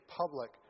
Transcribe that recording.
public